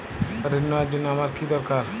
ঋণ নেওয়ার জন্য আমার কী দরকার?